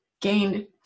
gained